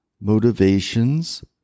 motivations